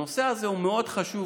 הנושא הזה הוא מאוד חשוב.